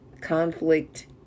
conflict